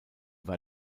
war